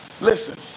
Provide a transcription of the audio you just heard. listen